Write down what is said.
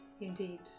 Indeed